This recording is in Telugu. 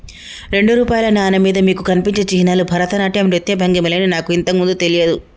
రెండు రూపాయల నాణెం మీద మీకు కనిపించే చిహ్నాలు భరతనాట్యం నృత్య భంగిమలని నాకు ఇంతకు ముందు తెలియదు